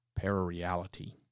Parareality